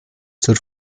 zur